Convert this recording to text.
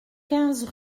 quinze